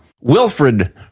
Wilfred